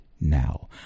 now